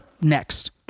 next